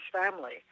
family